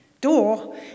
door